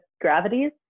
gravities